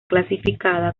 clasificada